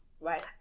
Right